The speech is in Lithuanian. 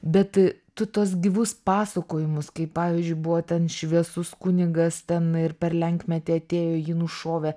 bet tu tuos gyvus pasakojimus kaip pavyzdžiui buvo ten šviesus kunigas ten ir per lenkmetį atėjo jį nušovė